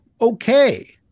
okay